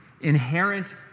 Inherent